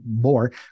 more